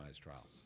trials